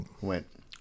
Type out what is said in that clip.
went